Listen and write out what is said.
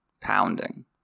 pounding